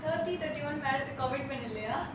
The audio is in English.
thirty thirty one marital commitment இல்லையா:illaiyaa